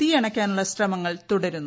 തീയണയ്ക്കാനുള്ള ശ്രമങ്ങൾ തുടരുന്നു